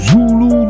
Zulu